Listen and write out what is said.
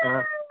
ಹಾಂ